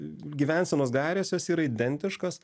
gyvensenos gairės jos yra identiškas